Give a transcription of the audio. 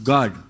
God